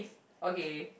okay